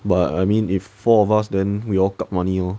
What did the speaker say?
but I mean if four of us then we all kup money lor